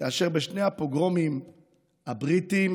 כאשר בשני הפוגרומים הבריטים